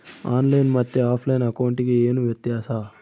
On line ಮತ್ತೆ offline ಅಕೌಂಟಿಗೆ ಏನು ವ್ಯತ್ಯಾಸ?